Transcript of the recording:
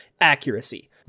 accuracy